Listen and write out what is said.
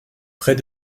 près